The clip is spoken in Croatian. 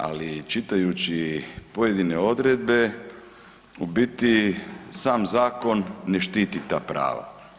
Ali čitajući pojedine odredbe u biti sam zakon ne štiti ta prava.